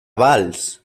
valls